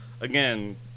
again